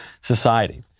society